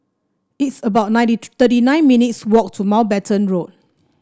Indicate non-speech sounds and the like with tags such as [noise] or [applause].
it's about ninety [unintelligible] thirty nine minutes' walk to Mountbatten Road